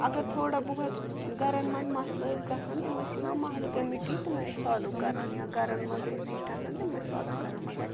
اگر تھوڑا بہت گَرَن منٛز مَسلہٕ ٲسۍ گژھان تِم ٲسۍ یِوان محلہٕ کٔمِیٹی تِمے ٲسۍ سالو کَران یا گَرَن منٛز ٲسۍ زِٹھۍ آسان تِمے ٲسۍ سالو کَران مگر